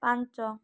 ପାଞ୍ଚ